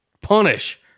punish